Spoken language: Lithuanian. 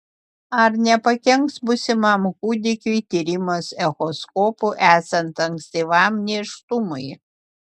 ar nepakenks būsimam kūdikiui tyrimas echoskopu esant ankstyvam nėštumui